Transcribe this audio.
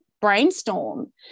brainstorm